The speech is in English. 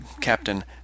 captain